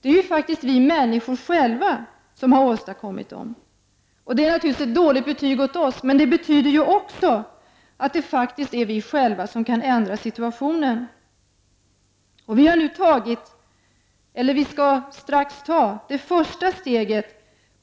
Det är faktiskt vi människor som själva har åstadkommit dem. Det är naturligtvis ett dåligt betyg åt oss, men det betyder också att det faktiskt är vi själva som kan ändra situationen. Vi skall strax ta det första steget